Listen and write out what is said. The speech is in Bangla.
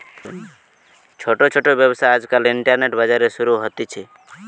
ছোট ছোট ব্যবসা আজকাল ইন্টারনেটে, বাজারে শুরু হতিছে